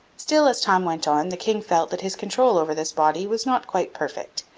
still, as time went on, the king felt that his control over this body was not quite perfect.